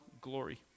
glory